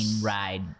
ride